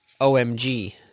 OMG